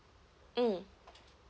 mm